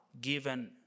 given